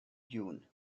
dune